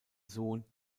sohn